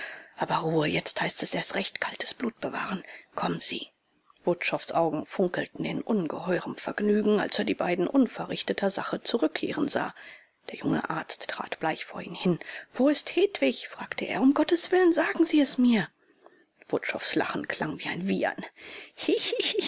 aber ruhe jetzt heißt es erst recht kaltes blut bewahren kommen sie wutschows augen funkelten in ungeheurem vergnügen als er die beiden unverrichtetersache zurückkehren sah der junge arzt trat bleich vor ihn hin wo ist hedwig fragte er um gottes willen sagen sie es mir wutschows lachen klang wie ein wiehern